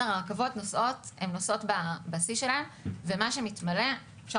הרכבות נוסעות בבסיס שלהם ומה שמתמלא אפשר